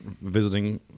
visiting